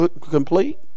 complete